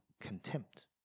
contempt